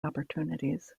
opportunities